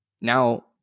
now